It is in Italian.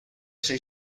sei